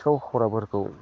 सिखाव खावग्राफोरखौ